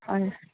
হয়